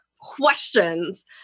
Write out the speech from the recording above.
questions